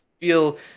feel